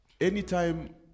anytime